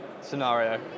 scenario